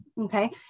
okay